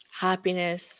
happiness